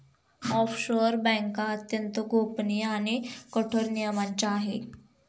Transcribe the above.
offshore बँका अत्यंत गोपनीय आणि कठोर नियमांच्या आहे